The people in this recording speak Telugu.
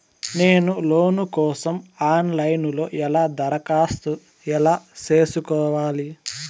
నేను లోను కోసం ఆన్ లైను లో ఎలా దరఖాస్తు ఎలా సేసుకోవాలి?